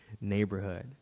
neighborhood